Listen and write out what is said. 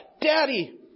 Daddy